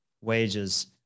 wages